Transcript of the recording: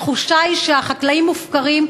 התחושה היא שהחקלאים מופקרים.